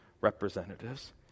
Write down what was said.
representatives